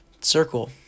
circle